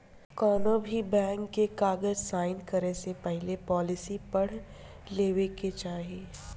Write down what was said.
कौनोभी बैंक के कागज़ साइन करे से पहले पॉलिसी पढ़ लेवे के चाही